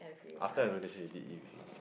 after orientation you did eat with him